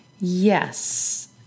Yes